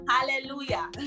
Hallelujah